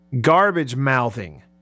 garbage-mouthing